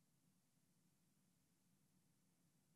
עכשיו